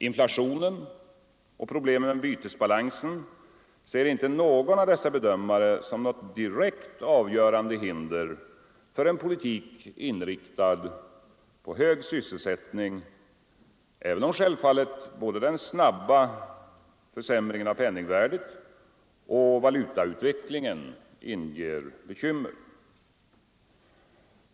Inflationen och problemen med bytesbalansen ser inte någon av dessa bedömare som något direkt avgörande hinder för en politik inriktad på hög sysselsättning, även om självfallet både den snabba försämringen av penningvärdet och valutautvecklingen inger bekymmer.